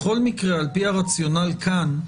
בכל מקרה על פי הרציונל כאן,